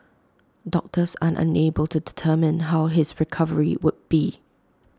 doctors are unable to determine how his recovery would be